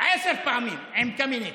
עשר פעמים עם קמיניץ,